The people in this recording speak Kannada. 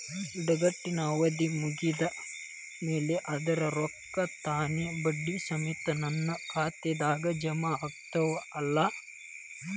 ಇಡಗಂಟಿನ್ ಅವಧಿ ಮುಗದ್ ಮ್ಯಾಲೆ ಅದರ ರೊಕ್ಕಾ ತಾನ ಬಡ್ಡಿ ಸಮೇತ ನನ್ನ ಖಾತೆದಾಗ್ ಜಮಾ ಆಗ್ತಾವ್ ಅಲಾ?